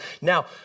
Now